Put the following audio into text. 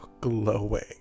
Glowing